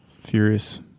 Furious